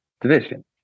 division